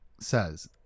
says